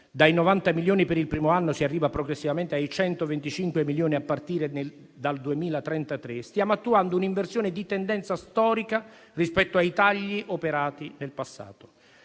(dai 90 milioni per il primo anno si arriva progressivamente a 125 milioni a partire dal 2033), stiamo attuando un'inversione di tendenza storica rispetto ai tagli operati nel passato.